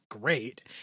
Great